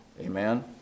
Amen